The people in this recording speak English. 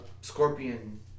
Scorpion